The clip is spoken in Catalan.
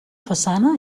façana